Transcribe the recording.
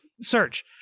search